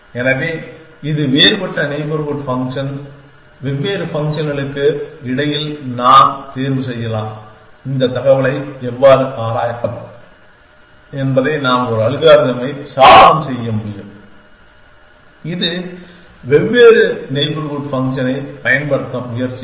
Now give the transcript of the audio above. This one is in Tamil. எனவே இது வேறுபட்ட நெய்பர்ஹூட் ஃபங்க்ஷன் வெவ்வேறு ஃபங்க்ஷன்களுக்கு இடையில் நான் தேர்வு செய்யலாம் இந்த தகவலை எவ்வாறு ஆராயலாம் என்பதை நான் ஒரு அல்காரிதமை சாதனம் செய்ய முடியும் இது வெவ்வேறு நெய்பர்ஹூட் ஃபங்க்ஷனைப் பயன்படுத்த முயற்சிக்கும்